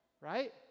right